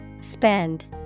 Spend